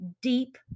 deep